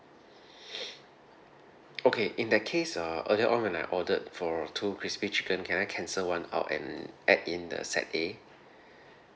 okay in that case err earlier on when I ordered for two crispy chicken can I cancel one out and add in the set A